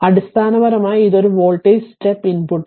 അടിസ്ഥാനപരമായി ഇത് ഒരു വോൾട്ടേജ് സ്റ്റെപ്പ് ഇൻപുട്ടാണ്